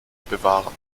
bewahren